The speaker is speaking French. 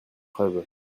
preuves